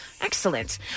Excellent